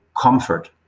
comfort